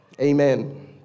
Amen